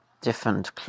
different